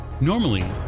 Normally